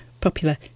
popular